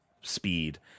speed